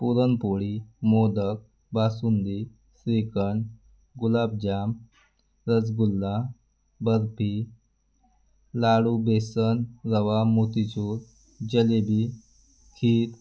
puran poli modak basundi shrikhand gulabjam rasgulla barfi ladoo besan rava motichoor jalebi खीर